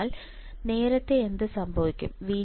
അതിനാൽ നേരത്തെ എന്ത് സംഭവിക്കും